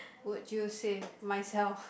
would you save myself